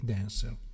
Dancer